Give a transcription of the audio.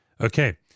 Okay